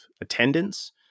attendance